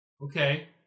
Okay